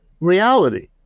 reality